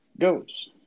goes